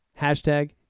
hashtag